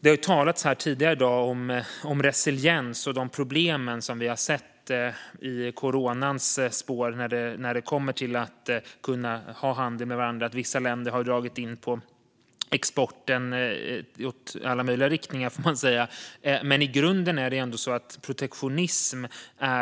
Det har här tidigare i dag talats om resiliens och om de problem vi har sett i coronans spår när det har gällt handeln. Vissa länder har dragit in på exporten i alla möjliga riktningar, men i grunden är ändå protektionism